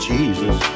Jesus